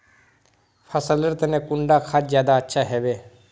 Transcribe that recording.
फसल लेर तने कुंडा खाद ज्यादा अच्छा हेवै?